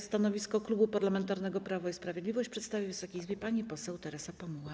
Stanowisko Klubu Parlamentarnego Prawo i Sprawiedliwość przedstawi Wysokiej Izbie pani poseł Teresa Pamuła.